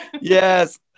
Yes